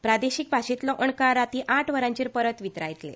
प्रादेशीक भाशेंतलो अणकार राती आठ वरांचेर परत वितरायतले